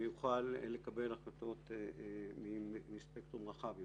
ויוכל לקבל החלטות מספקטרום רחב יותר.